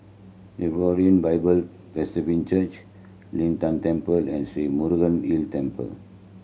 Hebron Bible Presbyterian Church Lin Tan Temple and Sri Murugan Hill Temple